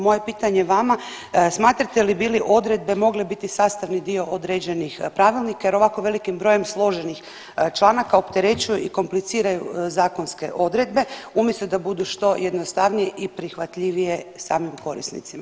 Moje pitanje vama, smatrate li bi li odredbe mogle biti sastavni dio određenih pravilnika jer ovako velikim brojem složenih članaka opterećuje i kompliciraju zakonske odredbe umjesto da budu što jednostavnije i prihvatljivije samim korisnicima.